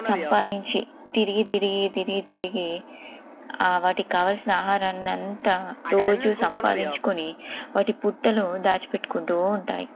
సంపాదించి తిరిగి తిరిగి తిరిగి తిరిగి వాటికి కావాల్సిన ఆహారాన్నంతా రోజు సంపాదించుకుని వాటి పుట్టలో దాచిపెట్టుకుంటూ ఉంటాయి